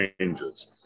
changes